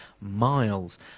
miles